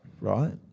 Right